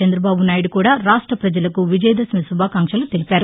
చంద్రబాబు నాయుడు కూడా రాష్ట పజలకు విజయదశమి శుభాకాంక్షలు తెలిపారు